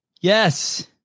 Yes